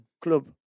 club